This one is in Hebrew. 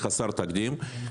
תקדים.